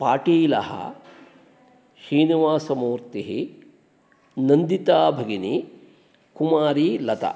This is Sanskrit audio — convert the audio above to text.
पाटीलः श्रीनिवासमूर्तिः नन्दिताभगिनी कुमारी लता